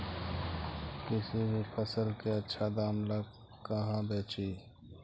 किसी भी फसल के आछा दाम ला कहा बेची?